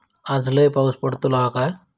आज लय पाऊस पडतलो हा काय?